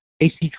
AC